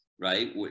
right